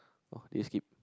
!wah! this skip